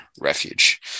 refuge